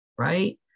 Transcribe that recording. Right